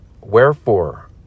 Wherefore